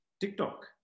TikTok